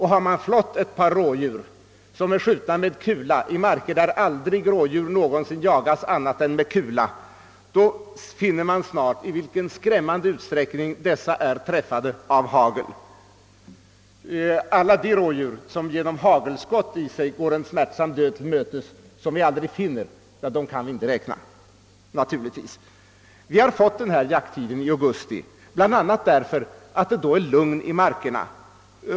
Har man flått ett par rådjur, som är skjutna med kula i marker där rådjur aldrig någonsin jagats annat än med hagel finner man snart i vilken skrämmande utsträckning de är träffade av hagel. Alla de rådjur som genom hagelskott går en smärtsam död till mötes och som vi aldrig finner kan vi naturligtvis inte räkna. Vi har fått jakttiden i augusti bl.a. därför att det då är lugn i markerna.